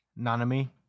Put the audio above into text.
Nanami